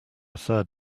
third